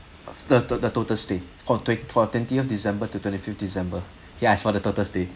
the the total stay for twent~ for twentieth december to twenty-fifth december ya it's for the total stay